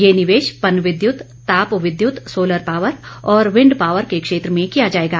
ये निवेश पनविद्युत तापविद्युत सोलर पावर और विंड पावर के क्षेत्र में किया जाएगा